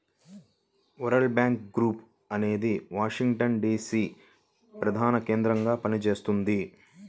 world bank group అనేది Washington DC ప్రధానకేంద్రంగా పనిచేస్తున్నది